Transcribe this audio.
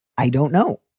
i don't know.